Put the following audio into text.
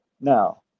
Now